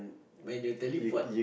when you teleport